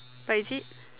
but is it